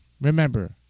Remember